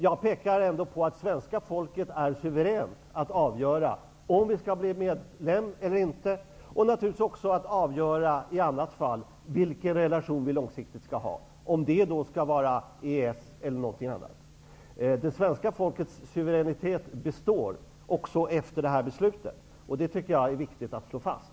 Jag vill ändå peka på att svenska folket är suveränt att avgöra om Sverige skall bli medlem och naturligtvis också i annat fall avgöra vilken relation vi långsiktigt skall ha, om det skall vara genom EES eller något annat. Det svenska folkets suveränitet består efter detta beslut -- det är viktigt att slå fast.